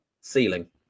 Ceiling